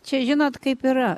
čia žinot kaip yra